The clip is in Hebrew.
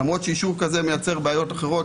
למרות שאישור כזה מייצר בעיות אחרות,